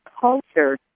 culture